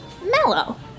mellow